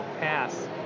pass